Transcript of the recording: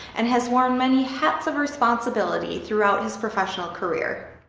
and has worn many hats of responsibility throughout his professional career.